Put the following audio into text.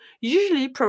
usually